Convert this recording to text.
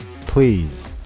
Please